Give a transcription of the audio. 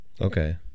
okay